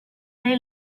they